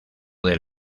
del